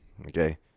okay